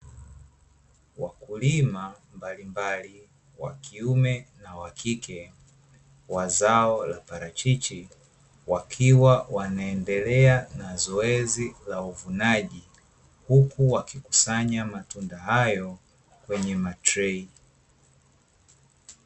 Wakulima mbalimbali wakiume na wakike wa zao la parachichi wakiwa wanaendelea na zoezi la uvunaji, huku wakikusanya matunda hayo kwenye matrei.